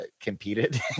competed